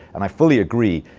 and i fully agree.